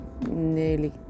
nearly